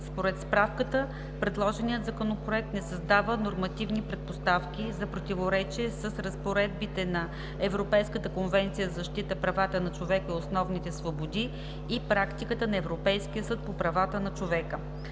Според справката предложеният Законопроект не създава нормативни предпоставки за противоречие с разпоредбите на Европейската конвенция за защита правата на човека и основните свободи и практиката на Европейския съд по правата на човека.